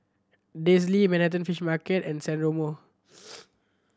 Manhattan Fish Market and San Remo